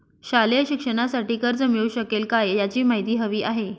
शालेय शिक्षणासाठी कर्ज मिळू शकेल काय? याची माहिती हवी आहे